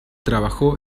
trabajó